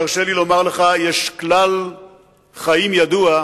תרשה לי לומר לך: יש כלל חיים ידוע,